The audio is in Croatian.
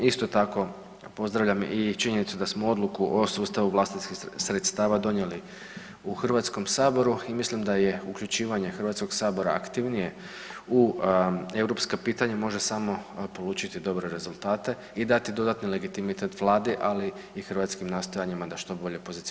Isto tako pozdravljam i činjenicu da smo odluku o sustavu vlastitih sredstava donijeli u Hrvatskom saboru i mislim da je uključivanje Hrvatskog sabora aktivnije u europska pitanja može samo polučiti dobre rezultate i dati dodatni legitimitet Vladi, ali i hrvatskim nastojanjima da što bolje pozicionira Hrvatsku u Uniju.